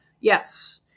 Yes